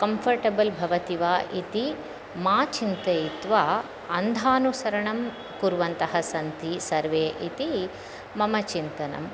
comfortable भवति वा इति मा चिन्तयित्वा अन्धानुसरणं कुर्वन्तः सन्ति सर्वे इति मम चिन्तनम्